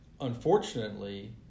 Unfortunately